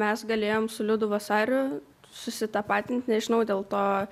mes galėjom su liudu vasariu susitapatint nežinau dėl to